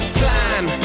plan